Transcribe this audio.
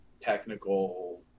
technical